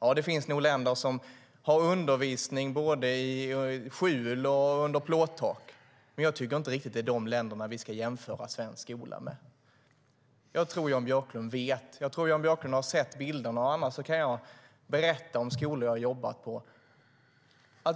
Ja, det finns nog länder som har undervisning i skjul och under plåttak, men jag tycker inte riktigt att det är skolor i dessa länder som vi ska jämföra svensk skola med. Jag tror att Jan Björklund vet och har sett bilderna. Annars kan jag berätta om skolor som jag har jobbat på.